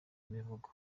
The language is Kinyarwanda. imivugo